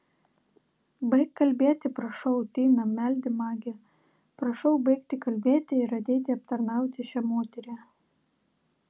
baik kalbėti prašau tina meldė magė prašau baigti kalbėti ir ateiti aptarnauti šią moterį